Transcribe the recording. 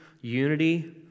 unity